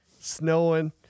snowing